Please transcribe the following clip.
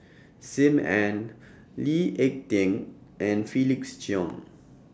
SIM Ann Lee Ek Tieng and Felix Cheong